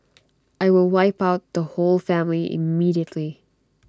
I will wipe out the whole family immediately